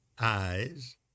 eyes